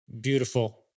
Beautiful